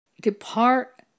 Depart